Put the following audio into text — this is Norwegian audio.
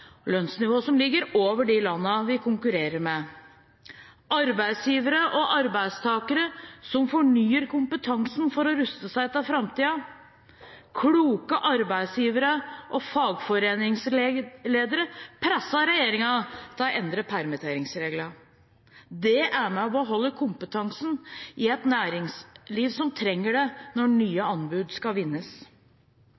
som ligger over det i de landene vi konkurrerer med. Arbeidsgivere og arbeidstakere som fornyer kompetansen for å ruste seg til framtiden, kloke arbeidsgivere og fagforeningsledere som presset regjeringen til å endre permitteringsreglene, er med på å beholde kompetansen i et næringsliv som trenger det når nye